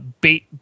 Bait